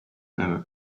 better